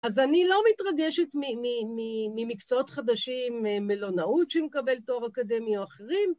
‫אז אני לא מתרגשת ממקצועות חדשים, ‫מלונאות שמקבל תואר אקדמי או אחרים.